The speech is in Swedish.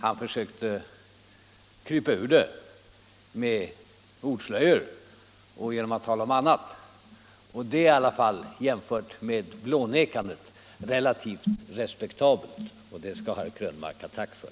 Han försökte krypa ur det med ordslöjor och genom att tala om annat. Det är i alla fall jämfört med blånekandet relativt respektabelt, och det skall herr Krönmark ha tack för.